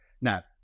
Now